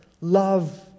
love